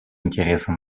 интересы